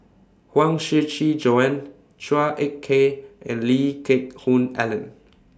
Huang Shiqi Joan Chua Ek Kay and Lee Geck Hoon Ellen